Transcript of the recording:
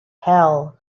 hell